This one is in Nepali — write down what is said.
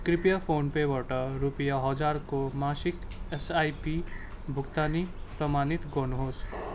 कृपया फोन पेबाट रुपियाँ हजारको मासिक एसआइपी भुक्तानी प्रमाणित गर्नु होस्